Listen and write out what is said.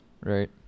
right